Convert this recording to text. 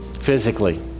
physically